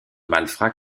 malfrats